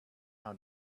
how